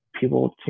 people